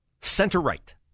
center-right